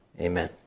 amen